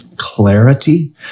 Clarity